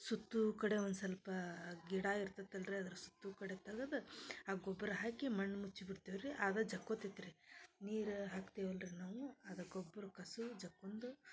ಸುತ್ತು ಕಡೆ ಒಂದು ಸ್ವಲ್ಪ ಗಿಡ ಇರ್ತತಲ್ಲ ರೀ ಅದ್ರ ಸುತ್ತು ಕಡೆ ತಗದು ಆ ಗೊಬ್ಬರ ಹಾಕಿ ಮಣ್ಣು ಮುಚ್ಚಿ ಬಿಡ್ತೀವಿ ರೀ ಅದು ಜಕ್ಕೊತೈತೆ ರೀ ನೀರು ಹಾಕ್ತೀವಲ್ಲ ರೀ ನಾವು ಅದು ಗೊಬ್ರ ಕಸು ಜಕ್ಕೊಂದು